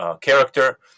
character